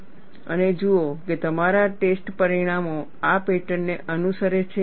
અને જુઓ કે તમારા ટેસ્ટ પરિણામો આ પેટર્નને અનુસરે છે કે કેમ